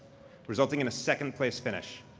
resulting in a second place finish.